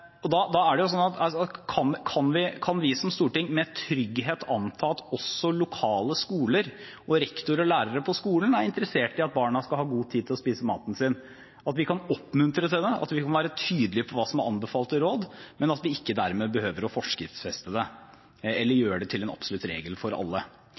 Kan vi som storting med trygghet anta at også lokale skoler og rektorer og lærere på skolen er interessert i at barna skal ha god tid til å spise maten sin, at vi kan oppmuntre til det, at vi kan være tydelige på hva som er anbefalte råd, men at vi ikke dermed behøver å forskriftsfeste det eller gjøre det til en absolutt regel for alle?